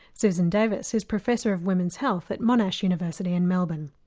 susan davis is professor of women's health at monash university in melbourne.